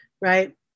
right